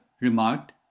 remarked